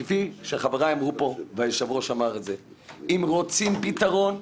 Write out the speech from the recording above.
כפי שחבריי והיושב-ראש אמרו את זה: אם רוצים פתרון,